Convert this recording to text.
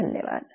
धन्यवाद